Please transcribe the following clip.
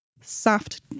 soft